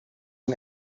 een